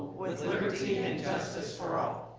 with liberty and justice for all.